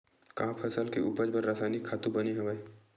का फसल के उपज बर रासायनिक खातु बने हवय?